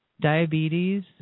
diabetes